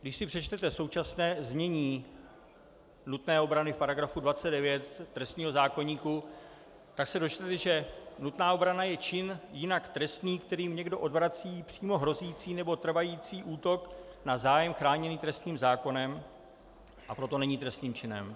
Když si přečtete současné znění nutné obrany v § 29 trestního zákoníku, tak se dočtete, že nutná obrana je čin jinak trestný, kterým někdo odvrací přímo hrozící nebo trvající útok na zájem chráněný trestním zákonem, a proto není trestným činem.